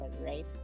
right